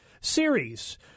series